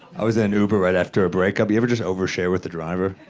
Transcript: i was in an uber right after a breakup. you ever just overshare with the driver?